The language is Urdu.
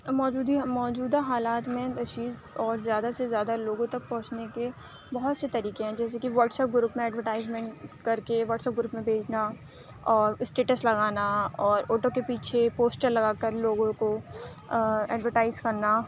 موجودہ موجودہ حالات میں تجویز اور زیادہ سے زیادہ لوگوں تک پہنچنے کے بہت سے طریقے ہیں جیسے کہ واٹس ایپ گروپ میں ایڈورٹائز منٹ کر کے واٹس ایپ گروپ میں بھیجنا اور اسٹیٹس لگانا اور آٹو کے پیچھے پوسٹر لگا کر لوگوں کو اڈورٹائز کرنا